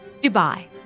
Dubai